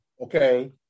okay